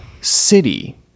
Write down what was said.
city